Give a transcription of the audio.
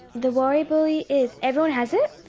the worry bully is, everyone has it,